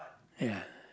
ya